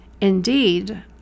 Indeed